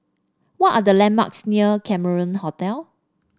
what are the landmarks near Cameron Hotel